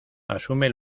asume